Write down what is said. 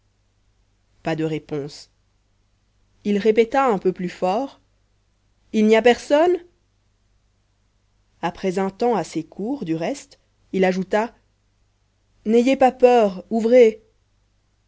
pas de réponse il répéta un peu plus fort il n'y a personne après un temps assez court du reste il ajouta n'ayez pas peur ouvrez